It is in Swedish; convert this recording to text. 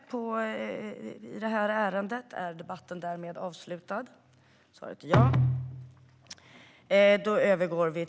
Åldersdifferentierat underhållsstöd och höjt grundavdrag för bidragsskyldiga föräldrar